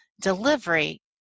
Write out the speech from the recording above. delivery